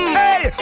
hey